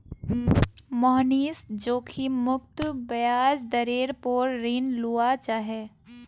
मोहनीश जोखिम मुक्त ब्याज दरेर पोर ऋण लुआ चाह्चे